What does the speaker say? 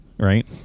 right